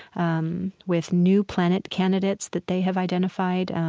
um with new planet candidates that they have identified,